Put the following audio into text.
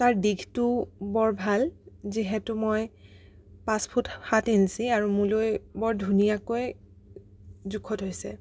তাৰ দীঘটোও বৰ ভাল যিহেতু মই পাঁচ ফুট সাত ইঞ্চি আৰু মোলৈ বৰ ধুনীয়াকৈ জোখত হৈছে